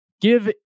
Give